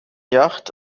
yacht